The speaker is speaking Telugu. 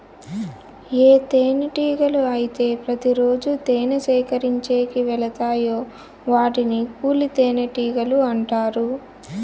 ఏ తేనెటీగలు అయితే ప్రతి రోజు తేనె సేకరించేకి వెలతాయో వాటిని కూలి తేనెటీగలు అంటారు